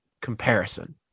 comparison